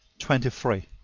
twenty three.